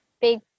big